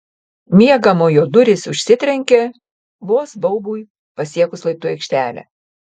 miegamojo durys užsitrenkė vos baubui pasiekus laiptų aikštelę